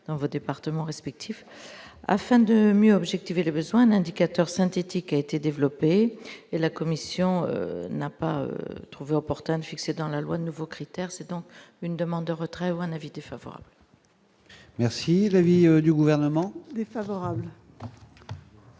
dans votre département respectif afin de mieux objectiver les besoins de l'indicateur synthétique a été développé et la commission n'a pas trouvé opportun de fixer dans la loi de nouveaux critères, c'est donc une demande de retrait ou un invité favoris. Merci la vie du gouvernement défavorable.